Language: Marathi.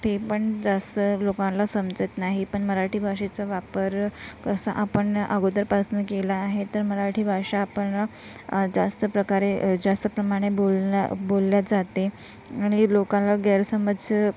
ते पण जास्त लोकांना समजत नाही पण मराठी भाषेचा वापर कसा आपण अगोदरपासनं केला आहे तर मराठी भाषा आपण जास्त प्रकारे जास्त प्रमाणे बोलण्या बोलल्या जाते आणि लोकांना गैरसमज